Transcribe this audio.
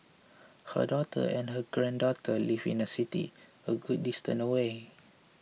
her daughter and her granddaughter live in a city a good distance away